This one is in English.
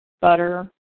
butter